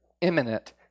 imminent